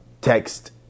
text